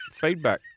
feedback